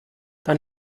dann